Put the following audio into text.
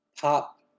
pop